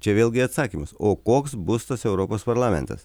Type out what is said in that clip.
čia vėlgi atsakymas o koks bus tas europos parlamentas